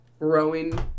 Rowing